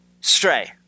stray